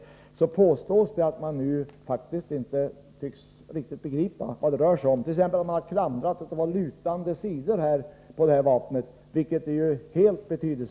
Det påstås att riksarkivet nu faktiskt inte riktigt tycks begripa vad det rör sig om. Arkivet har t.ex. klandrat att det var lutande sidor på det vapen jag tidigare nämnde.